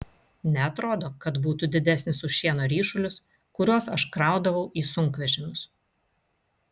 neatrodo kad būtų didesnis už šieno ryšulius kuriuos aš kraudavau į sunkvežimius